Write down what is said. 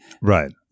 Right